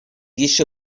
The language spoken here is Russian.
еще